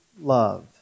love